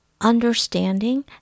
understanding